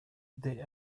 det